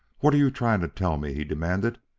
what are you trying to tell me? he demanded.